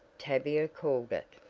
tavia called it.